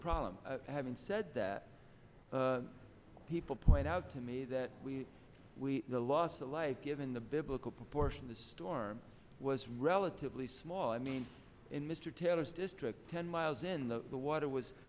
problem having said that people point out to me that we we the loss of life given the biblical proportion the storm was relatively small i mean in mr taylor's district ten miles in the water was